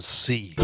see